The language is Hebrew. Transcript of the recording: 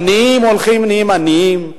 העניים הולכים ונהיים עניים.